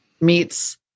meets